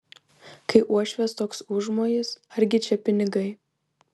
kai uošvės toks užmojis argi čia pinigai